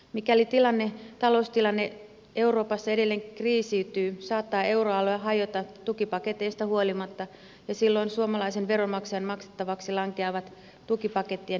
mikäli taloustilanne euroopassa edelleenkin kriisiytyy saattaa euroalue hajota tukipaketeista huolimatta ja silloin suomalaisen veronmaksajan maksettavaksi lankeavat tukipakettien miljardivastuut